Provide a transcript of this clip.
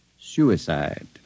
Suicide